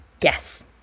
yes